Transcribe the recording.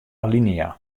alinea